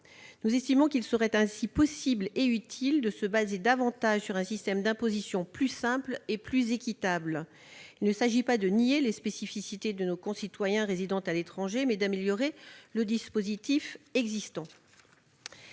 métropolitaine ! Il serait possible, et utile, de se fonder sur un système d'imposition plus simple et plus équitable : il ne s'agit pas de nier les particularités de nos concitoyens résidant à l'étranger, mais d'améliorer le dispositif existant.